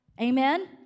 Amen